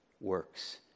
works